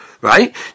Right